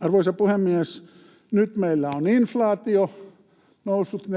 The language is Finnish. Arvoisa puhemies! Nyt meillä on inflaatio noussut 4,4